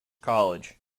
college